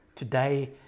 today